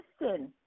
Listen